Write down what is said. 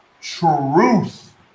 truth